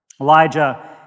Elijah